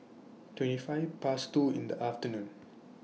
twenty five Past two in The afternoon